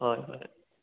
ꯍꯣꯏ ꯍꯣꯏ